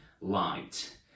light